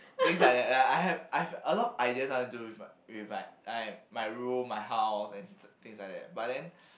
things like that I have I have a lot of ideas I want to do with like with like I'm my room my house things like that but then